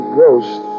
ghost